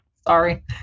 Sorry